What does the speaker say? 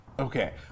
Okay